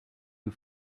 you